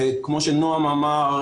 כמו שנעם אמר,